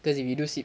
cause if you do C